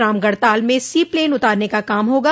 रामगढ़ ताल में sea plane उतारने का काम होगा